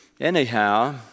Anyhow